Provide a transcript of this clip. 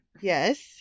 Yes